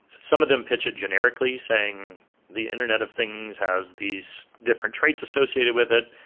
some of them pitch it generically, saying the internet of things has these different traits associated with it.